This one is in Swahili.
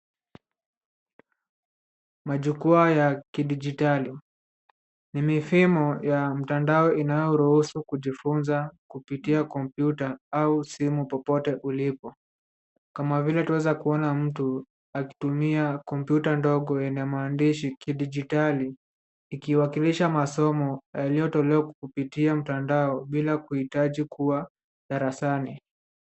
Majukwa ya kidijitali ni mifimu ya mtandao inayohusu kujifunza kupitia kompyuta au simu popote ulipo kama vile tunavyo weza kuona mtu akitumia ndogo yenye maandishi kidijitali ikiwakilisha masomo yaliyotolewa kupitia mtandao bila kuhitaji kuwa darasani.